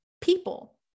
people